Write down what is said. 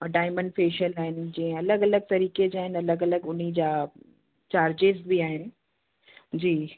ऐं diamond facial आहिनि जीअं अलॻि अलॻि तरीक़े जा आहिनि अलॻि अलॻि उन्हीअ जा चार्जिस बि आहिनि जी